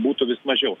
būtų vis mažiau